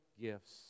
gifts